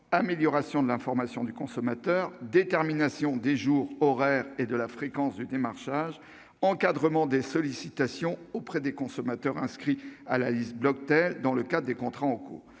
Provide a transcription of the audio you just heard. amélioration de l'information du consommateur, détermination des jours, des horaires et de la fréquence du démarchage, encadrement des sollicitations auprès des consommateurs inscrits sur la liste Bloctel dans le cadre des contrats en cours,